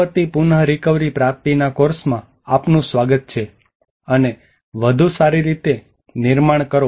આપત્તિ પુન રીકવરી પ્રાપ્તિના કોર્સમાં આપનું સ્વાગત છે અને વધુ સારી રીતે નિર્માણ કરો